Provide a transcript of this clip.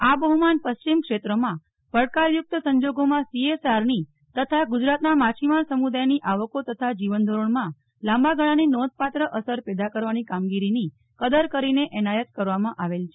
આ બહુમાન પશ્ચિમ ક્ષેત્રમાં પડકારયુક્ત સંજોગોમાં સીએસઆર ની તથા ગુજરાતના માછીમાર સમુદાયની આવકો તથા જીવનધોરણમાં લાંબા ગાળાની નોંધપાત્ર અસર પેદા કરવાની કામગીરીની કદર કરીને એનાયત કરવામાં આવેલ છે